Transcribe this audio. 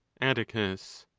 atticus.